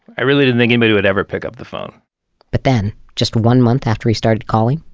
i really didn't think anybody would ever pick up the phone but then, just one month after we started calling,